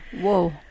Whoa